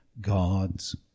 God's